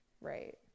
Right